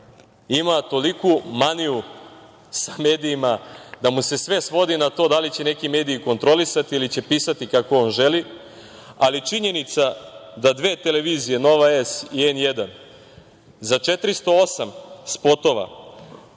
ima toliku maniju sa medijima da mu se sve svodi na to da li će neki mediji kontrolisati ili će pisati kako on želi, ali činjenica da dve televizije „Nova S“ i N1 za 408 spotova